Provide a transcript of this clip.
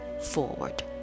forward